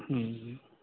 હમ